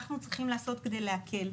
אנחנו צריכים לעשות כדי להקל.